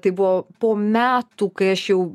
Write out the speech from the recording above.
tai buvo po metų kai aš jau